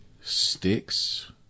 Sticks